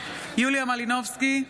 יוליה מלינובסקי,